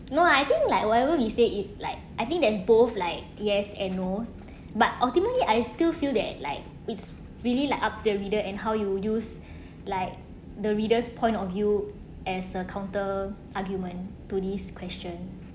no I think like whatever we say it's like I think that is both like yes and no but ultimately I still feel that like it's really like up the reader and how you use like the readers point of you as a counter argument to this question